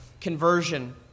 conversion